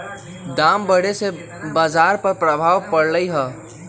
दाम बढ़े से बाजार पर प्रभाव परलई ह